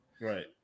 Right